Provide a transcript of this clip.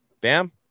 Bam